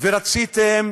ורציתם